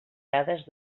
dades